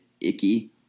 icky